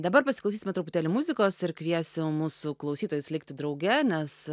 dabar pasiklausysime truputėlį muzikos ir kviesim mūsų klausytojus likti drauge nes